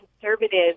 conservative